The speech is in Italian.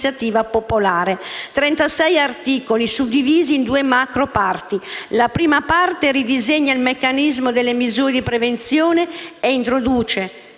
36 articoli, suddivisi in due macro parti, la prima delle quali ridisegna il meccanismo delle misure di prevenzione e introduce